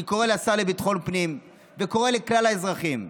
אני קורא לשר לביטחון פנים וקורא לקהל האזרחים: